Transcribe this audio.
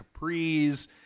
capris